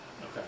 Okay